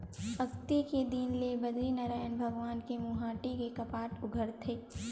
अक्ती के दिन ले बदरीनरायन भगवान के मुहाटी के कपाट उघरथे